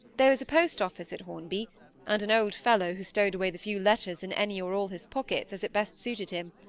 there was a post-office at hornby and an old fellow, who stowed away the few letters in any or all his pockets, as it best suited him,